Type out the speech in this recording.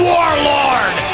Warlord